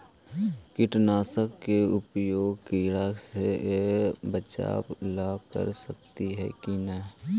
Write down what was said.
कीटनाशक के उपयोग किड़ा से बचाव ल कर सकली हे की न?